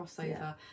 crossover